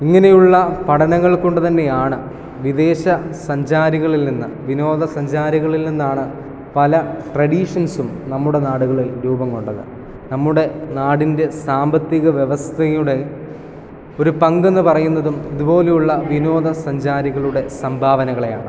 ഇങ്ങനെയുള്ള പഠനങ്ങൾ കൊണ്ടു തന്നെയാണ് വിദേശസഞ്ചാരികളിൽ നിന്ന് വിനോദസഞ്ചാരികളിൽ നിന്നാണ് പല ട്രഡീഷൻസും നമ്മുടെ നാടുകളിൽ രൂപം കൊണ്ടത് നമ്മുടെ നാടിൻ്റെ സാമ്പത്തിക വ്യവസ്ഥയുടെ ഒരു പങ്കെന്ന് പറയുന്നതും ഇതുപോലുള്ള വിനോദസഞ്ചാരികളുടെ സംഭാവനകളെയാണ്